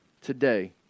today